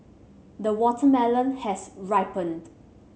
the watermelon has ripened